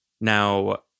Now